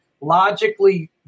logically